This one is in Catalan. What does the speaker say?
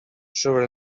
sobre